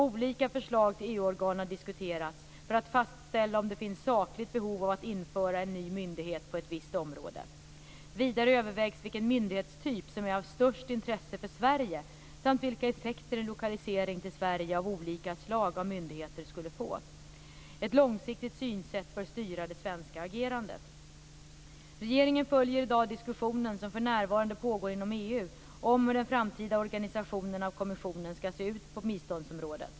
Olika förslag till EU-organ har diskuterats för att fastställa om det finns sakligt behov av att införa en ny myndighet på ett visst område. Vidare övervägs vilken myndighetstyp som är av störst intresse för Sverige samt vilka effekter en lokalisering till Sverige av olika slag av myndigheter skulle få. Ett långsiktigt synsätt bör styra det svenska agerandet. Regeringen följer i dag diskussionen, som för närvarande pågår inom EU, om hur den framtida organisationen av kommissionen skall se ut på biståndsområdet.